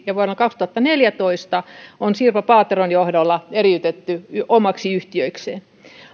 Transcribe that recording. ja vuonna kaksituhattaneljätoista sirpa paateron johdolla eriytetty omaksi yhtiökseen